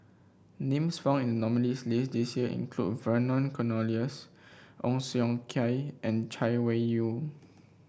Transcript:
names found in the nominees' list this year include Vernon Cornelius Ong Siong Kai and Chay Weng Yew